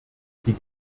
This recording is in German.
die